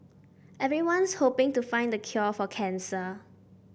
everyone's hoping to find the cure for cancer